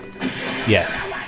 Yes